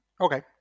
Okay